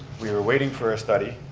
we were waiting for a study.